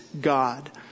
God